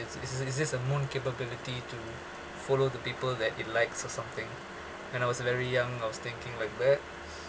is it is it the moon capability to follow the people that it likes or something when I was very young I was thinking like that